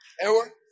error